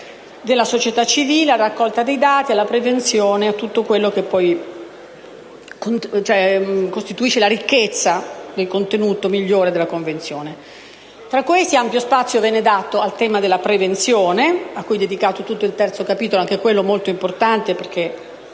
della società civile, alla raccolta dei dati, alla prevenzione, e tutto quello che costituisce la ricchezza e il contenuto migliore della Convenzione. Tra questi temi, ampio spazio è dato alla prevenzione, cui è dedicato il terzo capitolo, anch'esso molto importante in